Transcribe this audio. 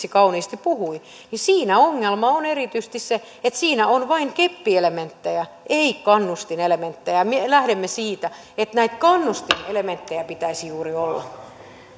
kauniisti puhui ongelma on erityisesti se että siinä on vain keppielementtejä ei kannustinelementtejä me lähdemme siitä että näitä kannustinelementtejä pitäisi juuri olla